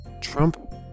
Trump